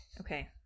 Okay